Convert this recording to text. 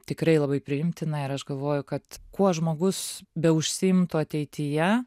tikrai labai priimtina ir aš galvoju kad kuo žmogus beužsiimtų ateityje